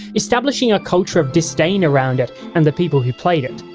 establishing a culture of disdain around it and the people who played it.